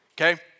okay